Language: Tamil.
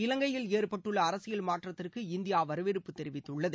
இலங்கையில் ஏற்பட்டுள்ள அரசியல் மாற்றத்திற்கு இந்தியா வரவேற்பு தெரிவித்துள்ளது